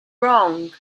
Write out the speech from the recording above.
wrong